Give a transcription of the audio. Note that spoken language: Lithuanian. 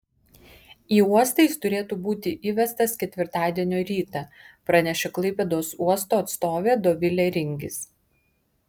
į uostą jis turėtų būti įvestas ketvirtadienio rytą pranešė klaipėdos uosto atstovė dovilė ringis